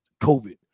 COVID